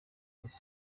ubumwe